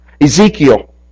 Ezekiel